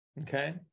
Okay